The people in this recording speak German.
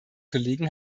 kollegen